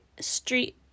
street